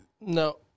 No